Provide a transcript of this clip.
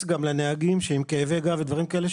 גם לנהגים שיש להם כאבי גב ודברים כאלה,